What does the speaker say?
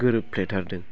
गोरोबफ्लेथारदों